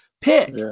pick